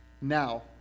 Now